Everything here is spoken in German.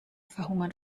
verhungern